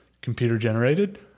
computer-generated